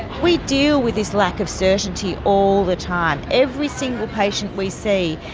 we deal with this lack of certainty all the time. every single patient we see,